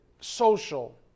social